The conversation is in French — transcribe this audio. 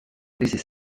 laissez